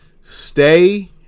Stay